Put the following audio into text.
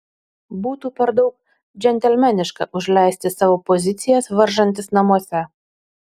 būtų per daug džentelmeniška užleisti savo pozicijas varžantis namuose